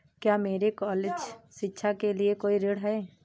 क्या मेरे कॉलेज शिक्षा के लिए कोई ऋण है?